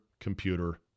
computer